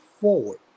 forward